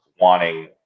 wanting